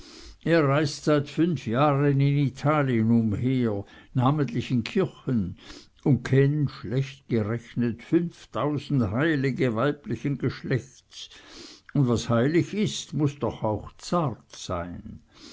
er reist seit fünf jahren in italien umher namentlich in kirchen und kennt schlecht gerechnet fünftausend heilige weiblichen geschlechts und was heilig ist muß doch auch zart sein